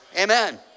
Amen